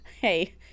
hey